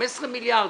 15 מיליארד,